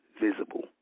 visible